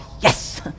Yes